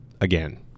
again